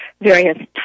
various